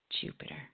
Jupiter